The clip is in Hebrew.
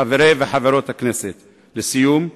חברי וחברות הכנסת, לסיום,